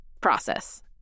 process